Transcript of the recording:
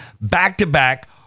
back-to-back